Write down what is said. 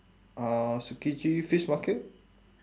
uh tsukiji fish market